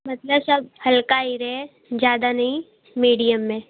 मतलब सब हल्का ही रहें ज़्यादा नहीं मीडियम में